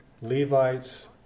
Levites